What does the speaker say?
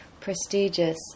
prestigious